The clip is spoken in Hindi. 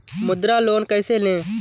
मुद्रा लोन कैसे ले?